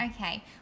Okay